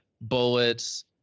bullets